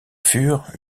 furent